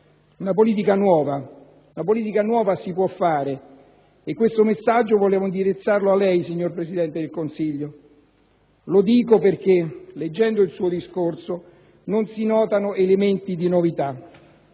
Una politica nuova: una politica nuova si può fare e questo messaggio volevo indirizzarlo a lei, signor Presidente del Consiglio. Lo dico perché leggendo il suo discorso non si notano elementi di novità.